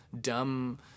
dumb